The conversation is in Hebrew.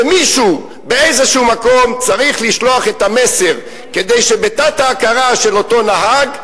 ומישהו באיזה מקום צריך לשלוח את המסר כדי שבתת-הכרה של אותו נהג,